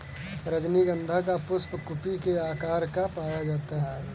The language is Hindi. रजनीगंधा का पुष्प कुपी के आकार का पाया जाता है